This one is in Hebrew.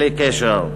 בלי קשר.